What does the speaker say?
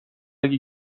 اگه